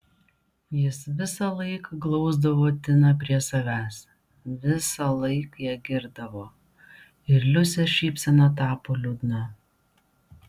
jis visąlaik glausdavo tiną prie savęs visąlaik ją girdavo ir liusės šypsena tapo liūdna